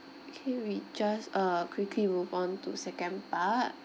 K we just uh quickly move on to second part